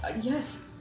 yes